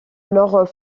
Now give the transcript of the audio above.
alors